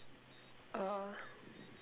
uh